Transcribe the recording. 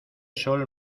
sol